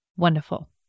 Wonderful